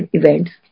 events